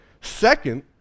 Second